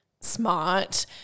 smart